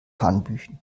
hanebüchen